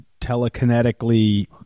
telekinetically